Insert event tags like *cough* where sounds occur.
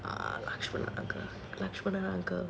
*laughs*